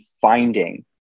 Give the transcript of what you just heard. finding